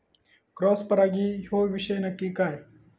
Cross परागी ह्यो विषय नक्की काय?